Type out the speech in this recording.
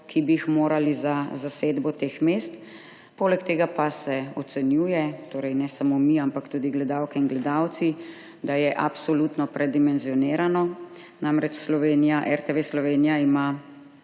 ki bi jih morali, za zasedbo teh mest. Poleg tega pa se ocenjuje, torej ne samo mi, ampak tudi gledalke in gledalci, da je absolutno predimenizonirano. Namreč RTV Slovenija ima